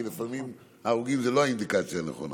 כי לפעמים ההרוגים זה לא אינדיקציה נכונה.